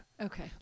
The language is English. Okay